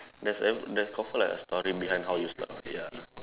there's a there is confirm like a story behind how you start ya